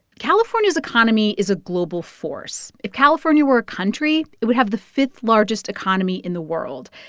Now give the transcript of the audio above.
california's economy is a global force. if california were a country, it would have the fifth-largest economy in the world.